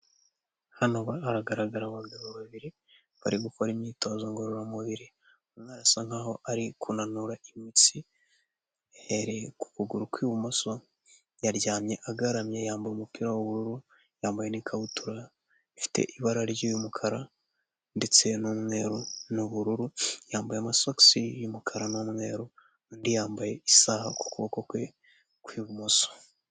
Hano haragaragara abagabo babiri bari gukora imyitozo ngororamubiri umwe arasa nkaho ari kunanura imitsi ihereye ku kuguru kw'ibumoso yaryamye agaramye yambuye umupira w'ubururu yambaye n'ikabutura ifite ibara ry'umukara ndetse n'umweru n'ubururu yambaye amasogisi y'umukara n'umweru undi yambaye isaha k'ukuboko kwe kw'ibumoso.